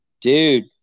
Dude